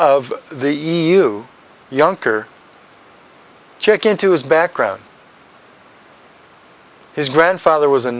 of the e u younker check into his background his grandfather was a